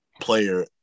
player